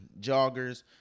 joggers